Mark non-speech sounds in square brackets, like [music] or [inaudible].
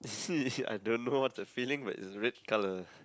[laughs] I don't know what the filling but it's red colour